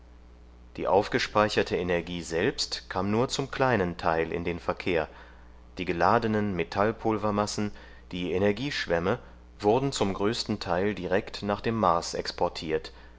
die aufgespeicherte energie selbst kam nur zum kleinen teil in den verkehr die geladenen metallpulvermassen die energieschwämme wurden zum größten teil direkt nach dem mars exportiert